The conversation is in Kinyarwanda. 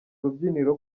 rubyiniro